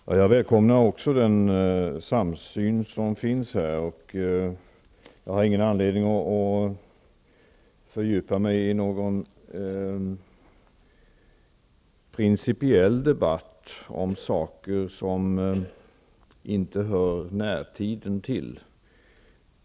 Herr talman! Även jag välkomnar den samsyn som finns här i kammaren, och jag har ingen anledning att fördjupa mig i någon principiell debatt om något som inte hör närtiden till.